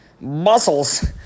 muscles